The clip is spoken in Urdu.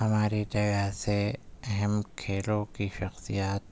ہماری جگہ سے اہم کھلیوں کی شخصیات